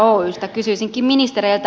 kysyisinkin ministereiltä